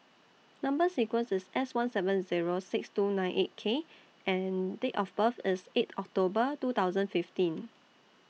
Number sequence IS S one seven Zero six two nine eight K and Date of birth IS eight October two thousand fifteen